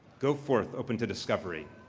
go forth open to discovery.